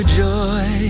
joy